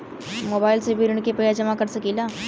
Mobile से भी ऋण के पैसा जमा कर सकी ला?